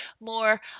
more